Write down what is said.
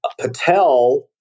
Patel